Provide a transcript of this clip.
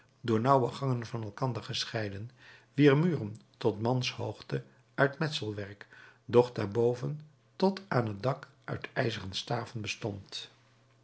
door nauwe gangen van elkander gescheiden wier muren tot manshoogte uit metselwerk doch daarboven tot aan het dak uit ijzeren staven bestonden